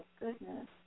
goodness